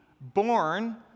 born